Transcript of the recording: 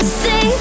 say